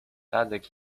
tadek